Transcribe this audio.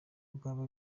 bwaba